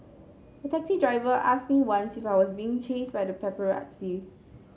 a taxi driver asked me once if I was being chased by the paparazzi